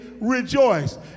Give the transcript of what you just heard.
rejoice